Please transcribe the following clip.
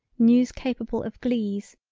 news capable of glees,